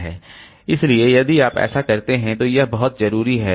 इसलिए यदि आप ऐसा करते हैं तो यह बहुत जरूरी है